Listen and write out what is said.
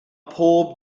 bob